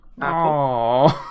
apple